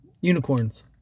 Unicorns